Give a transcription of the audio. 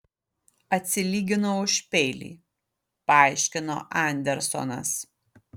atsilyginau už peilį paaiškino andersonas